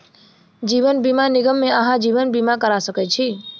जीवन बीमा निगम मे अहाँ जीवन बीमा करा सकै छी